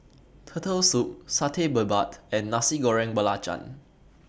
Turtle Soup Satay Babat and Nasi Goreng Belacan